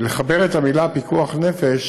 לחבר את המילים "פיקוח נפש"